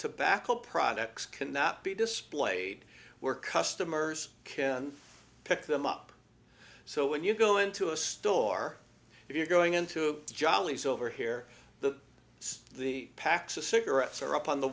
tobacco products cannot be displayed where customers can pick them up so when you go into a store if you're going into jollies over here the the packs of cigarettes are up on the